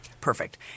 Perfect